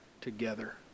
together